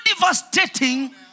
devastating